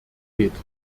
geht